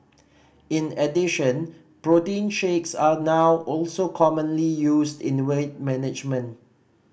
in addition protein shakes are now also commonly used in weight management